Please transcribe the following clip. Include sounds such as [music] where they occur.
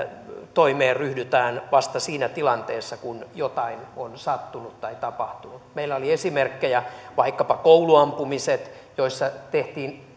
toimeen ryhdytään vasta siinä tilanteessa kun jotain on sattunut tai tapahtunut meillä oli esimerkkejä vaikkapa kouluampumiset jolloin tehtiin [unintelligible]